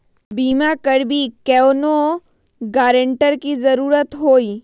बिमा करबी कैउनो गारंटर की जरूरत होई?